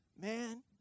man